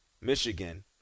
Michigan